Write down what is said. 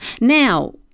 Now